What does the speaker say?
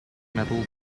medal